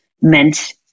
meant